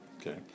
okay